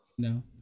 No